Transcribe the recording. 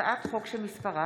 שלמה